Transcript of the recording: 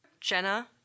Jenna